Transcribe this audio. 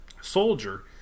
soldier